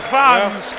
fans